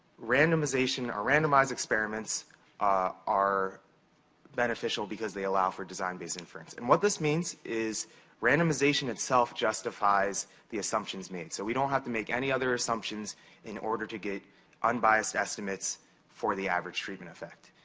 randomization or randomized experiments are beneficial because they allow for design-based inference. and what this means is randomization itself justifies the assumptions made. so, we don't have to make any other assumptions in order to get unbiased estimates for the average treatment effect.